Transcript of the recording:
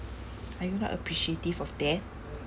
are you not appreciative of that